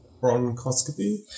Bronchoscopy